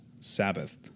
Sabbath